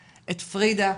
את פרידה,